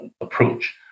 approach